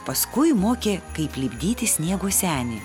paskui mokė kaip lipdyti sniego senį